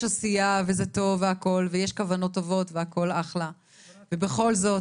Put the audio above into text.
עשייה וזה טוב והכל ושיש כוונות טובות והכל אחלה ובכל זאת,